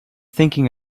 thinking